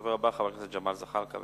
הדובר הבא, חבר הכנסת ג'מאל זחאלקה,